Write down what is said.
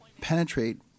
penetrate